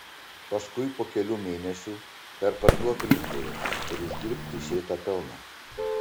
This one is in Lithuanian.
paskui po kelių mėnesių perparduok rinkoje ir uždirbk teisėtą pelną